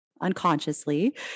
unconsciously